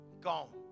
gone